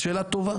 שאלה טובה.